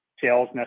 sales